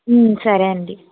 సరే అండి okay okay